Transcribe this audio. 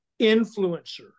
influencer